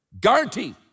guarantee